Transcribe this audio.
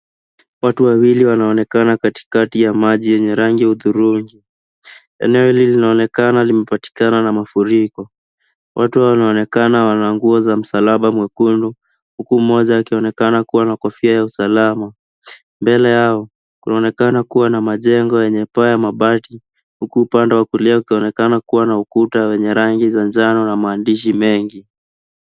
Watu wawili wanaonekana katikati ya maji yenye rangi hudhurungi. Eneo hili linaonekana limepatikana na mafuriko. Watu hawa wanaonekana wana nguo za msalaba mwekundu, hukumoja akionekana kuwa na kofia ya usalama. Mbele yao, kunaonekana kuwa na majengo yenye paa ya mabati, huku upande wa kulia ukionekana kuwa na ukuta wenye rangi za njano na maandishi mengi.